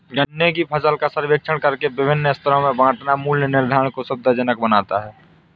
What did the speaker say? गन्ने की फसल का सर्वेक्षण करके विभिन्न स्तरों में बांटना मूल्य निर्धारण को सुविधाजनक बनाता है